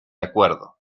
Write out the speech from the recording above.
acuerdo